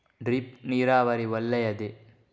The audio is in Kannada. ಡ್ರಿಪ್ ನೀರಾವರಿ ಒಳ್ಳೆಯದೇ?